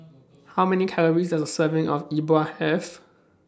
How Many Calories Does A Serving of Yi Bua Have